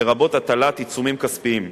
לרבות הטלת עיצומים כספיים.